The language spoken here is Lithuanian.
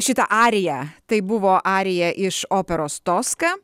šitą ariją tai buvo arija iš operos toska